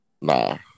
Nah